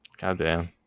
Goddamn